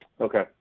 Okay